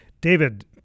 David